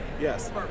Yes